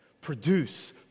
produce